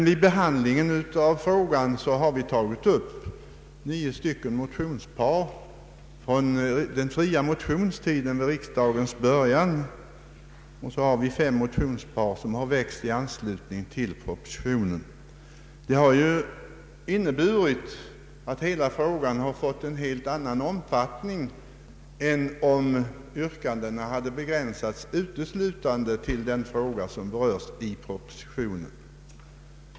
Vid behandlingen av frågan har vi emellertid tagit upp nio motionspar från den allmänna motionstiden vid riksdagen början, och dessutom har fem motionspar väckts i anslutning till propositionen. Det har ju inneburit att hela frågan har fått en helt annan omfattning än om yrkandena hade begränsats uteslutande till den fråga som berörs i propositionen.